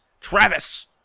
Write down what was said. Travis